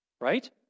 Right